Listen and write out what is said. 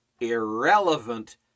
irrelevant